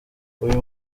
uyu